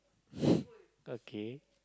okay